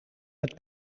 met